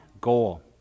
goal